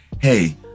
Hey